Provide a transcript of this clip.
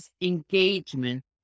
engagement